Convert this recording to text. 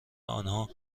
آنها